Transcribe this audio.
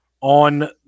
on